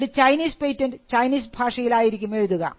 ഒരു Chinese patent Chinese ഭാഷയിൽ ആയിരിക്കും എഴുതുക